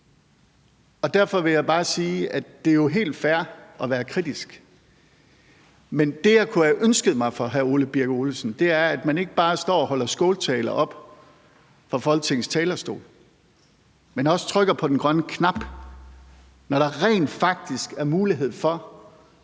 Derfor vil jeg bare sige, at det jo er helt fair at være kritisk, men det, jeg kunne have ønsket mig fra hr. Ole Birk Olesen, er, at man ikke bare står og holder skåltaler oppe fra Folketingets talerstol, men også trykker på den grønne knap, når der rent faktisk er mulighed for